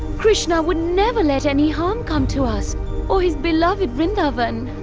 krishna would never let any harm come to us or his beloved vrindavan.